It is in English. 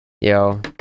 Yo